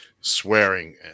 swearing